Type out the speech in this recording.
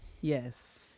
Yes